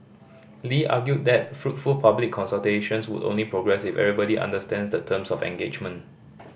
Lee argued that fruitful public consultations would only progress if everybody understands the terms of engagement